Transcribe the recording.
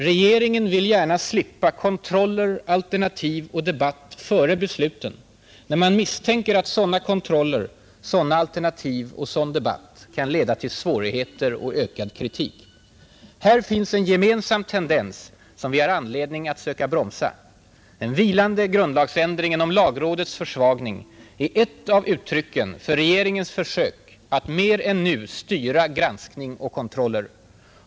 Regeringen vill gärna slippa kontroller, alternativ och debatt före besluten, när man misstänker att sådana kontroller, sådana alternativ och sådan debatt kan leda till svårigheter och ökad kritik. Här finns en gemensam tendens som vi har anledning att söka bromsa. Den vilande grundlagsändringen om lagrådets försvagning är ett av uttrycken för regeringens försök att mer än nu styra granskning och kontroller.